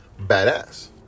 badass